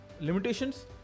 Limitations